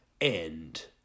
End